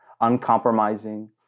uncompromising